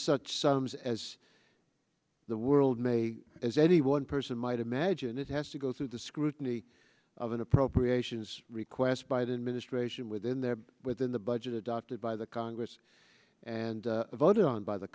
such sums as the world may as any one person might imagine it has to go through the scrutiny of an appropriations request by the administration within the within the budget adopted by the congress and voted on by the